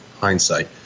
hindsight